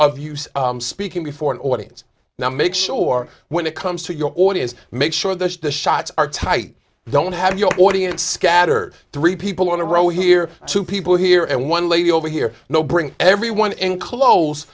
you speaking before an audience now make sure when it comes to your audience make sure that the shots are tight don't have your audience scattered three people in a row here two people here and one lady over here no bring everyone in close